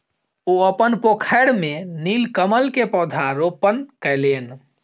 ओ अपन पोखैर में नीलकमल के पौधा रोपण कयलैन